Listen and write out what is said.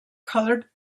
colored